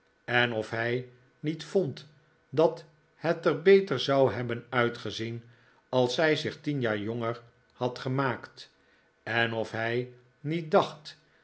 en of hij niet vond dat het er beter zou hebben uitgezien als zij zich tien jaar jonger had gemaakt en of hij niet dacht